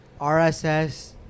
RSS